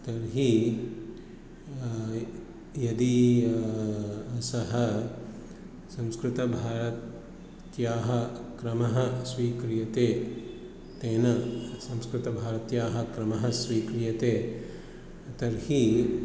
तर्हि यदि सः संस्कृतभारत्याः क्रमः स्वीक्रियते तेन संस्कृतभारत्याः क्रमः स्वीक्रियते तर्हि